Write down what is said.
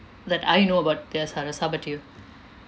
that I know about the S_R_S how about you